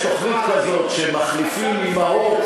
יש תוכנית כזו שמחליפים אימהות,